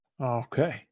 Okay